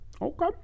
okay